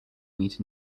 meat